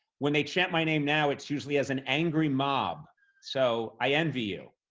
when they chant my name now, it's usually as an angry mob so i envy you.